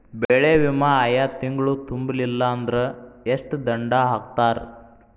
ಬೆಳೆ ವಿಮಾ ಆಯಾ ತಿಂಗ್ಳು ತುಂಬಲಿಲ್ಲಾಂದ್ರ ಎಷ್ಟ ದಂಡಾ ಹಾಕ್ತಾರ?